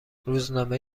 روزنامه